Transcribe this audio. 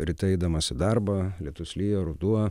ryte eidamas į darbą lietus lyja ruduo